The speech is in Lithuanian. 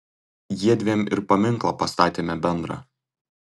jiedviem ir paminklą pastatėme bendrą